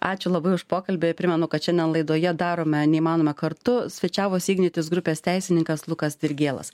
ačiū labai už pokalbį primenu kad šiandien laidoje darome neįmanoma kartu svečiavosi ignitis grupės teisininkas lukas dirgėlas